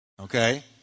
Okay